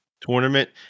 tournament